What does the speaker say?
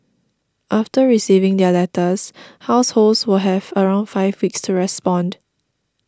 after receiving their letters households will have around five weeks to respond